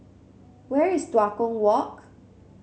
where is Tua Kong Walk